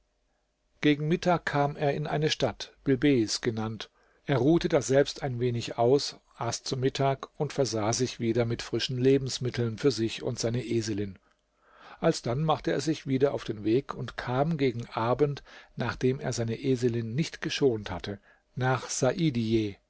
gegen mittag kam er in eine stadt bilbeis genannt er ruhte daselbst ein wenig aus aß zu mittag und versah sich wieder mit frischen lebensmitteln für sich und seine eselin alsdann machte er sich wieder auf den weg und kam gegen abend nachdem er seine eselin nicht geschont hatte nach saidije